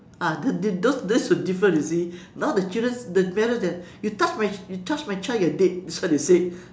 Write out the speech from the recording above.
ah this this those were different you see now the children the parent the you touch my you touch my child you are dead that's what they said